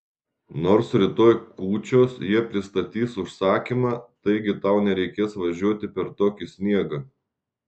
nors rytoj kūčios jie pristatys užsakymą taigi tau nereikės važiuoti per tokį sniegą